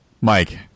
Mike